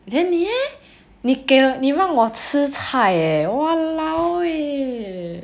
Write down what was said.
then 你 leh 你让我吃菜 eh !walao! leh